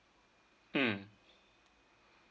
mm